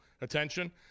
attention